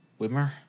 Wimmer